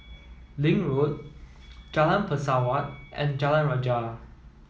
Link Road Jalan Pesawat and Jalan Rajah